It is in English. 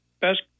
best